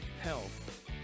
health